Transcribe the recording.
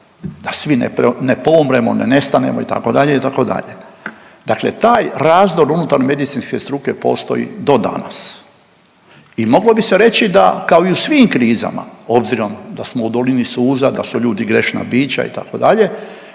da svi ne poumremo, da nestanemo itd., itd.. Dakle, taj razdor unutar medicinske struke postoji do danas. I moglo bi se reći da kao i u svim krizama, obzirom da smo u Dolini Suza da su ljudi grešna bića itd., dakle